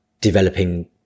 developing